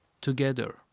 together